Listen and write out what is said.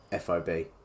FOB